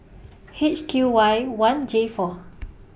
H Q Y one J four